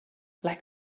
like